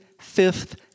fifth